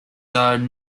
though